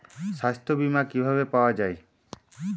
সাস্থ্য বিমা কি ভাবে পাওয়া যায়?